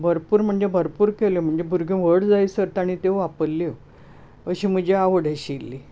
भरपूर म्हणजे भरपूर केल्यो भुरगीं व्हड जायसर ताणे त्यो वापरल्यो अशी म्हजी आवड आशिल्ली